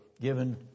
given